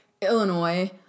Illinois